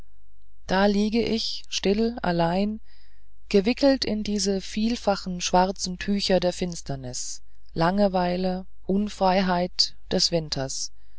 da liege ich still allein gewickelt in diese vielfachen schwarzen tücher der finsternis langeweile unfreiheit des winters